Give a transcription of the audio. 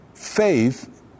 faith